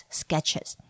sketches